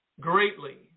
greatly